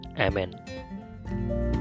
Amen